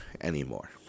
anymore